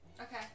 Okay